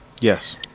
Yes